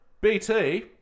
BT